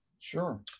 sure